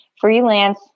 freelance